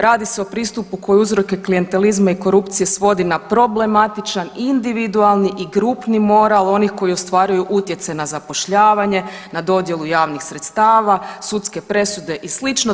Radi se o pristupu koji uzroke klijentelizma i korupcije svodi na problematičan, individualni i grupni moral onih koji ostvaruju utjecaj na zapošljavanje, na dodjelu javnih sredstava, sudske presude i slično.